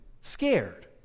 scared